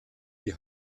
die